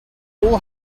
all